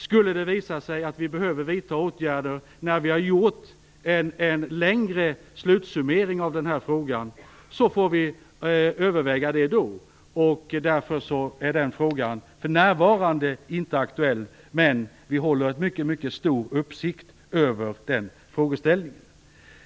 Skulle det visa sig att vi behöver vidta åtgärder när vi har gjort en längre slutsummering av den här frågan får vi överväga det då. Därför är det inte aktuellt för närvarande, men vi håller mycket stor uppsikt över frågeställningen.